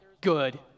good